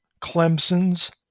Clemson's